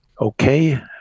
okay